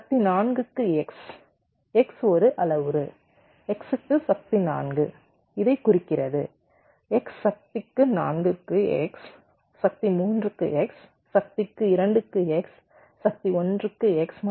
சக்தி 4 க்கு x எனில் இதில் x ஒரு அளவுரு x க்கு சக்தி 4 இதைக் குறிக்கிறது x சக்தி 4 க்கு x சக்தி 3 க்கு x சக்தி 2 க்கு x சக்தி 1 க்கு x மற்றும் சக்தி 0 க்கு x